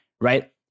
Right